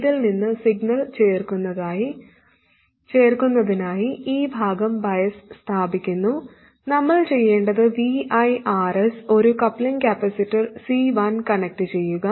ഇതിൽ നിന്ന് സിഗ്നൽ ചേർക്കുന്നതിനായി ഈ ഭാഗം ബയസ് സ്ഥാപിക്കുന്നു നമ്മൾ ചെയ്യേണ്ടത് Vi Rs ഒരു കപ്ലിംഗ് കപ്പാസിറ്റർ C1 കണക്റ്റുചെയ്യുക